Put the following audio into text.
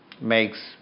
makes